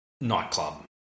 nightclub